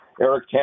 Eric